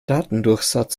datendurchsatz